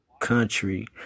country